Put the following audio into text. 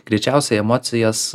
greičiausiai emocijas